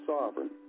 sovereign